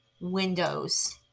windows